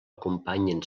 acompanyen